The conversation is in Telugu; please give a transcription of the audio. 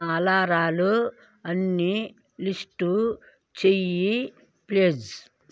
అలారాలు అన్నీ లిస్టు చెయ్యి ప్లీజ్